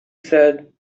said